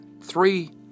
three